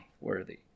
worthy